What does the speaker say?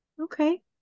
okay